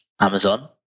amazon